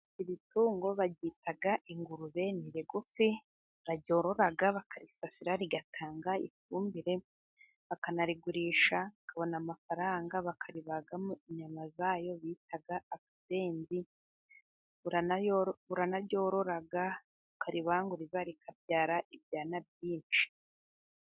Iri tungo baryita ingurube, ni rigufi bararyorora bakarisasira rigatanga ifumbire, bakanarigurisha bakabona amafaranga, bakaribagamo inyama zayo bita akabenzi, uranaryorora ukaribanguriza rikabyara ibyana byinshi.